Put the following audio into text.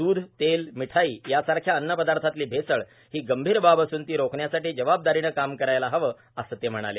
दूध तेल मिठाई यासारख्या अन्न पदार्थातली भेसळ ही गंभीर बाब असून ती रोखण्यासाठी जबाबदारीने काम करायला हवं असं ते म्हणाले